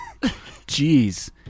Jeez